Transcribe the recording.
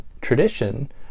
tradition